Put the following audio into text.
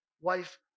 wife